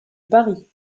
paris